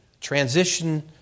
transition